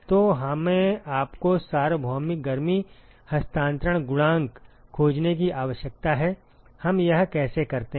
तो हमें आपको सार्वभौमिक गर्मी हस्तांतरण गुणांक खोजने की आवश्यकता है हम यह कैसे करते हैं